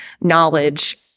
knowledge